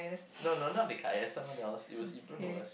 no no not Decliase someone else it was even worst